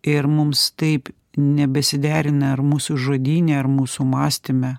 ir mums taip nebesiderina ar mūsų žodyne ar mūsų mąstyme